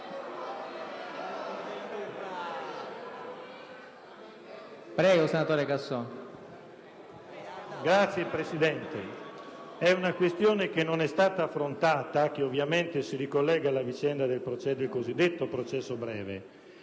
sollevare una questione che non è stata affrontata e che ovviamente si ricollega alla vicenda del cosiddetto processo breve.